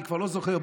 אני כבר לא זוכר,